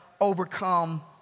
overcome